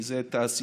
כי זו תעשייה